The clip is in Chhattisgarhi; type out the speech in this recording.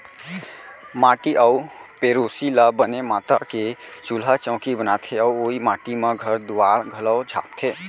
माटी अउ पेरोसी ल बने मता के चूल्हा चैकी बनाथे अउ ओइ माटी म घर दुआर घलौ छाबथें